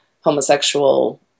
homosexual